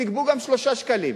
תגבו גם 3 שקלים,